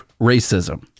racism